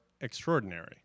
extraordinary